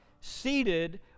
seated